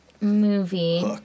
movie